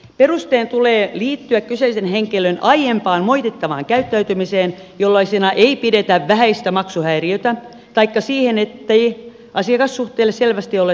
perusteen tulee liittyä kyseisen henkilön aiempaan moitittavaan käyttäytymiseen jollaisena ei pidetä vähäistä maksuhäiriötä taikka siihen ettei asiakassuhteelle selvästi ole todellista tarvetta